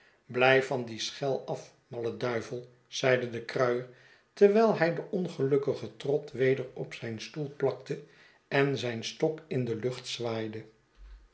blijf van die schel af malle duivel zeide de kruier terwijl hij den ongelukkigen trott weder op zijn stoel plakte en zijn stok in deluchtzwaaide